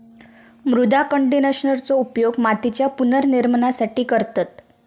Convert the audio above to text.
मृदा कंडिशनरचो उपयोग मातीच्या पुनर्निर्माणासाठी करतत